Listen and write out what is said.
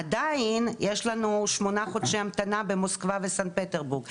עדיין יש לנו כשמונה חודשי המתנה במוסקבה ובסנט פטרבורג,